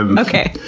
um okay.